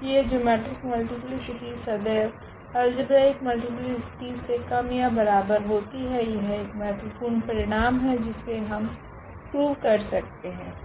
की यह geometric multiplicity सदेव अल्जेब्रिक मल्टीप्लीसिटी से कम या बराबर होती है यह एक महत्वपूर्ण परिणाम है जिसे हम प्रूव कर सकते है